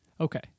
okay